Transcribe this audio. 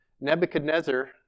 Nebuchadnezzar